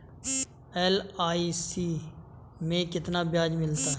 LIC में कितना ब्याज मिलता है?